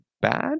bad